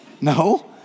No